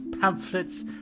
pamphlets